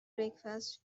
breakfast